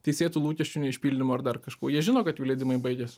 teisėtų lūkesčių neišpildymo ar dar kažko jie žino kad jų leidimai baigias